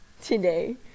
Today